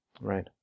right